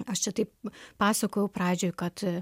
aš čia taip pasakojau pradžioj kad